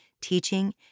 teaching